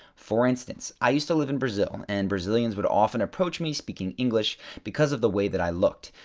for instance, i used to live in brazil and brazilians would often approach me speaking english because of the way that i looked.